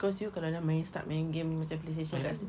because you kalau dah main start main game cam playstation kat